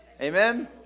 Amen